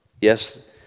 Yes